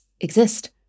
exist